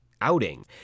outing